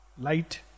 light